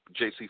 JC